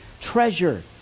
treasure